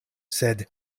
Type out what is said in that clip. sed